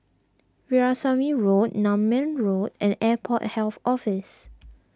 Veerasamy Road Nutmeg Road and Airport Health Office